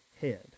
head